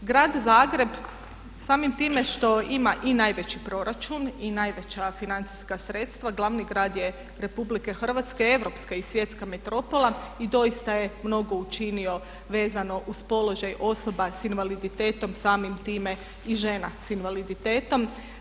Grad Zagreb samim time što ima i najveći proračun i najveća financijska sredstva glavni grad je RH, europska i svjetska metropola i doista je mnogo učinio vezano uz položaj osoba sa invaliditetom samim time i žena sa invaliditetom.